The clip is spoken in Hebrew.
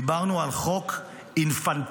דיברנו על חוק אינפנטילי,